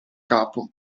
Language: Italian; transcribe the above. capo